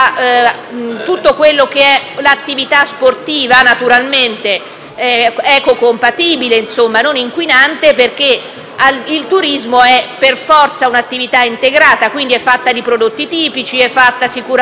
all'attività sportiva, naturalmente ecocompatibile e non inquinante, perché il turismo è per forza un'attività integrata fatta di prodotti tipici, sicuramente di siti e di tanti